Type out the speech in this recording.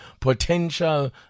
potential